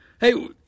Hey